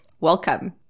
Welcome